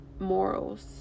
morals